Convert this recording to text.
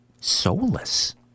soulless